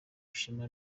ishema